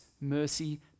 mercy